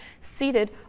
seated